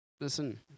Listen